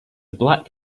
black